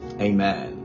Amen